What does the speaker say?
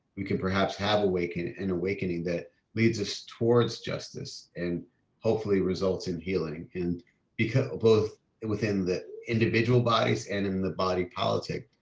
we can perhaps have awakening and awakening that leads us towards justice and hopefully results in healing. and because ah both within the individual bodies and in the body politic,